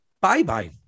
bye-bye